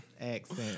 Accent